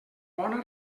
bona